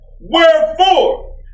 Wherefore